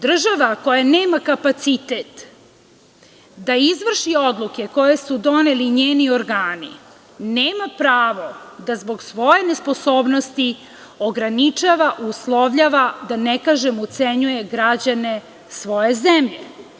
Država koja nema kapacitet da izvrši odluke koje su doneli njeni organi, nema pravo da zbog svoje nesposobnosti ograničava, uslovljava, da ne kažem, ucenjuje građane svoje zemlje.